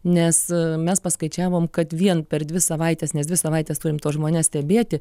nes mes paskaičiavom kad vien per dvi savaites nes dvi savaites turime tuos žmones stebėti